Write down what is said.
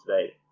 today